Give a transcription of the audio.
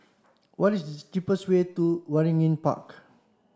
what is the cheapest way to Waringin Park